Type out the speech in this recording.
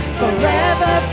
forever